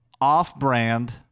Off-brand